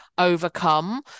overcome